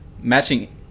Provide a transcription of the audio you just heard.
matching